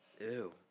Ew